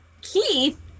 keith